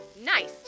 nice